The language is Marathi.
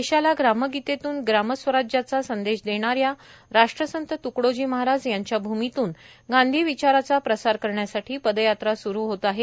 देशाला ग्रामगीतेतून ग्रामस्वराज्याचा संदेश देणाऱ्या राष्ट्रसंत त्कडोजी महाराज यांच्या भूमीतून गांधीविचाराचा प्रसार करण्यासाठी पदयात्रा सुरू होत आहे